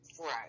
Right